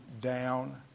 down